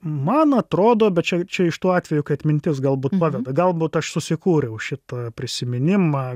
man atrodo bet čia čia iš tų atvejų kai atmintis galbūt paveda galbūt aš susikūriau šitą prisiminimą